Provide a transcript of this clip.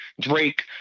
Drake